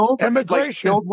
immigration